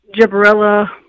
gibberella